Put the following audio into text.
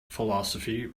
philosophy